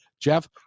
Jeff